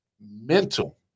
mental